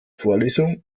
vorlesung